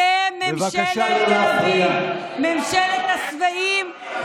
אתם ממשלת תל אביב, ממשלת השבעים וממשלת המנותקים.